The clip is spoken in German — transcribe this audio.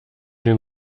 den